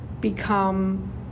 become